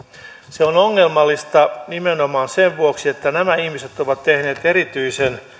se on ongelmallista nimenomaan sen vuoksi että nämä ihmiset ovat tehneet erityisen